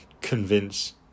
convince